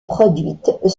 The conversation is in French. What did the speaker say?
produites